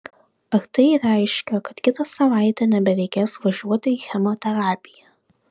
ar tai reiškia kad kitą savaitę nebereikės važiuoti į chemoterapiją